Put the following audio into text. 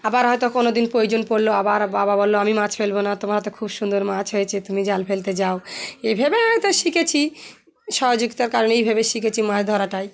আবার হয়তো কোনোদিন প্রয়োজন পড়লো আবার বাবা বললো আমি মাছ ফেলবো না তোমার হাতে খুব সুন্দর মাছ হয়েছে তুমি জাল ফেলতে যাও এইভাবে হয়তো শিখেছি সহযোগিতার কারণে এইভাবে শিখেছি মাছ ধরাটাই